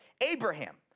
Abraham